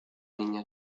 niña